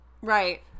Right